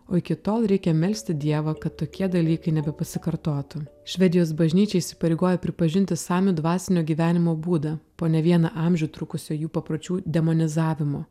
o iki tol reikia melsti dievą kad tokie dalykai nebepasikartotų švedijos bažnyčia įsipareigoja pripažinti samių dvasinio gyvenimo būdą po ne vieną amžių trukusio jų papročių demonizavimo